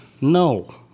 No